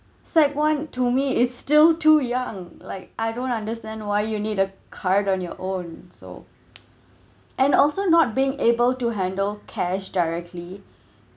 sec~ one to me it's still too young like I don't understand why you need a card on your own so and also not being able to handle cash directly